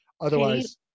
Otherwise